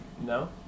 No